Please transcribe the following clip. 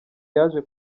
yaje